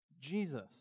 Jesus